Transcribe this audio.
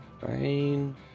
Fine